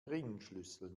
ringschlüssel